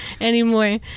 anymore